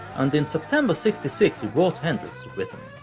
and in september sixty six he brought hendrix to britain.